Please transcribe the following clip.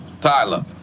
Tyler